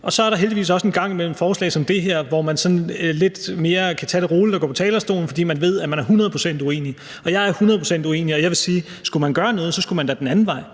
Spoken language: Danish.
og så er der heldigvis også en gang imellem forslag som det her, hvor man kan tage det lidt mere roligt, når man går på talerstolen, fordi man ved, at man er hundrede procent uenig. Og jeg er hundrede procent uenig, og jeg vil sige, at skulle man gøre noget, skulle man da gå den anden vej.